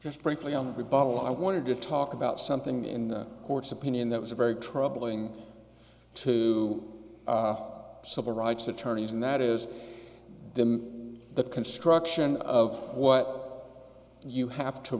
just briefly on the rebuttal i wanted to talk about something in the court's opinion that was very troubling to civil rights attorneys and that is the the construction of what you have to